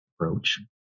approach